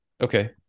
Okay